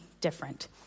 different